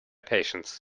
patience